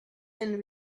and